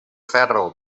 ferro